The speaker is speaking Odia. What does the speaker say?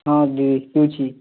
ହଁ ଦିଦି ପିଉଛି